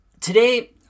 Today